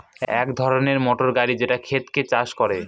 এক ধরনের মোটর গাড়ি যেটা ক্ষেতকে চাষ করে